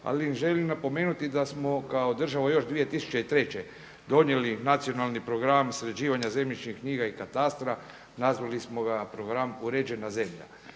ali želim napomenuti da smo kao država još 2003. donijeli Nacionalni program sređivanja zemljišnih knjiga i katastra, nazvali smo ga program „Uređena zemlja“.